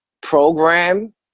program